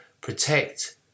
protect